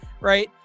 Right